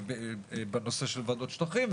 בנושא של ועדות שטחים,